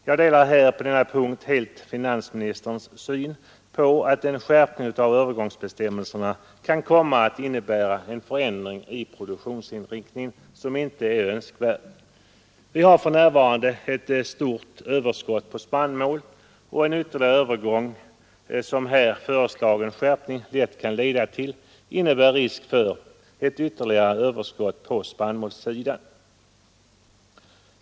Jag delar här helt finansministerns syn att en skärpning av övergångsbestämmelserna kan komma att innebära en förändring i produktionsinriktningen som inte är önskvärd. Vi har för närvarande ett stort överskott på spannmål, och en ytterligare övergång, som här föreslagen skärpning lätt kan leda till, innebär risk för ett ytterligare överskott på spannmålssidan.